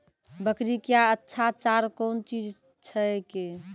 बकरी क्या अच्छा चार कौन चीज छै के?